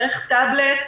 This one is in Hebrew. דרך טאבלט.